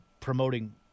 promoting